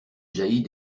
jaillit